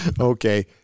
Okay